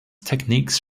techniques